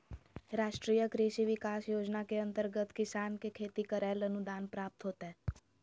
राष्ट्रीय कृषि विकास योजना के अंतर्गत किसान के खेती करैले अनुदान प्राप्त होतय